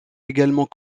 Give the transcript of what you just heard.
également